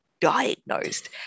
diagnosed